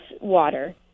water